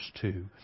two